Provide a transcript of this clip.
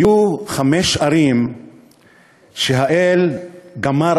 בתקופת המקרא היו חמש ערים שהאל גמר